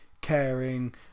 caring